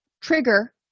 trigger